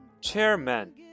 Chairman